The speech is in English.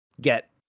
get